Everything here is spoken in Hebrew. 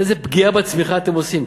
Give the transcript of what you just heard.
איזה פגיעה בצמיחה אתם עושים?